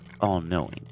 all-knowing